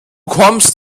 kommst